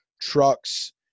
trucks